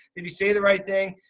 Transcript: did he say the right thing?